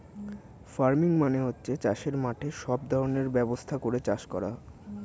farming মানে হচ্ছে চাষের মাঠে সব ধরনের ব্যবস্থা করে চাষ করা